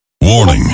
Warning